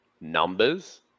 numbers